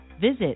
Visit